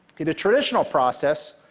in a traditional process,